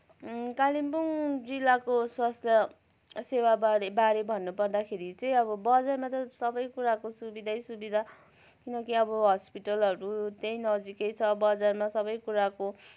कालिम्पोङ जिल्लाको स्वास्थ्य सेवा बारे बारे भन्नु पर्दाखेरि चाहिँ अब बजारमा त सबै कुराको सुविधै सुविधा किनकि अब हल्पिटलहरू त्यहीँ नजिकै छ बजारमा सबै कुराको